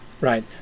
right